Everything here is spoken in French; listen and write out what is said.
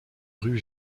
rues